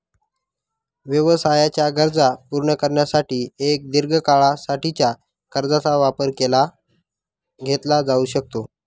व्यवसायाच्या गरजा पूर्ण करण्यासाठी एक दीर्घ काळा साठीच्या कर्जाचा वापर केला घेतला जाऊ शकतो